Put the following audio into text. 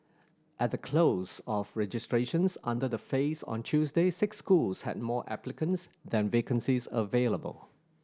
at the close of registrations under the phase on Tuesday six schools had more applicants than vacancies available